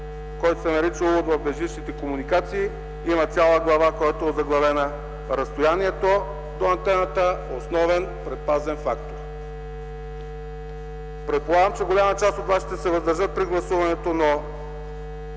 който се нарича „Увод в безжичните комуникации”. Има цяла глава, която е озаглавена „Разстоянието до антената – основен предпазен фактор”. Предполагам, че голяма част от вас ще се въздържат при гласуването, но